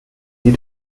sie